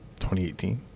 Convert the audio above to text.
2018